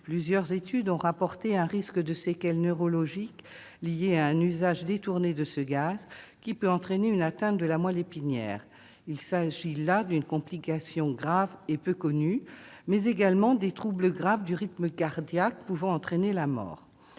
Plusieurs études ont fait état d'un risque de séquelles neurologiques liées à un usage détourné du gaz pouvant entraîner une atteinte de la moelle épinière- il s'agit là d'une complication grave et peu connue -, mais également des troubles graves du rythme cardiaque pouvant aller jusqu'à la mort.